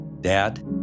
Dad